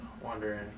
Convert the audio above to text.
Wondering